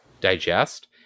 digest